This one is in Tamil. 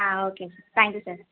ஆ ஓகேங்க தேங்க் யூ சார்